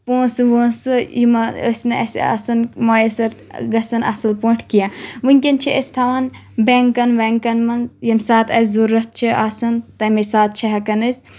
پونٛسہٕ وونٛسہٕ یِمَے ٲسۍ نہٕ اسہِ آسان موٚیثَر گژھان اصل پٲٹھۍ کینٛہہ وٕنکؠن چھ أسۍ تھاوان بؠنٛکَن وؠنٛکَن منٛز ییٚمہِ ساتہٕ اَسہِ ضوٚرَتھ چھ آسان تَمے ساتہٕ چھ ہؠکان أسۍ